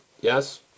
yes